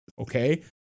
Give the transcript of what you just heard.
okay